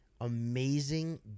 amazing